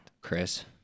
Chris